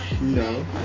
No